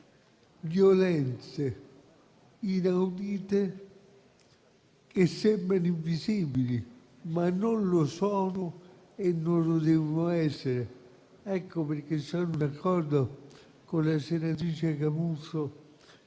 violenze inaudite, che sembrano invisibili, ma non lo sono e non lo devono essere. Ecco perché sono d'accordo con la senatrice Camusso,